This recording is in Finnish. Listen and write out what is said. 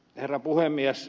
herra puhemies